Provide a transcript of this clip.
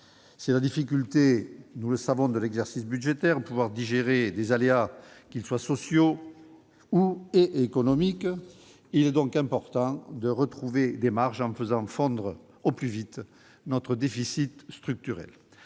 C'est la difficulté de tout exercice budgétaire : pouvoir digérer les aléas, qu'ils soient sociaux ou économiques. Il est donc important de retrouver des marges en faisant fondre au plus vite notre déficit structurel.